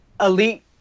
elite